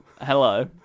hello